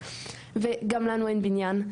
וגם לנו אין בניין,